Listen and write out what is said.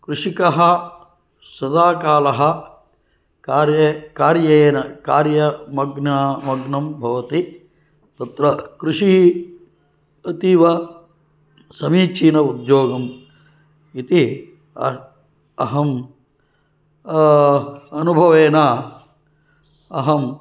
कृषकः सदाकालं कार्ये कार्येन कार्यमग्न मग्नं भवति तत्र कृषिः अतीव समीचीन उद्योगः इति अहं अनुभवेन अहं